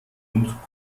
und